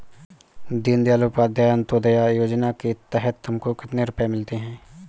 दीन दयाल उपाध्याय अंत्योदया योजना के तहत तुमको कितने रुपये मिलते हैं